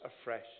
afresh